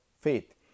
faith